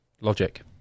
logic